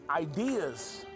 ideas